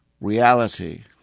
reality